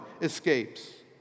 escapes